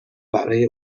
برای